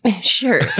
Sure